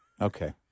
Okay